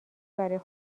برای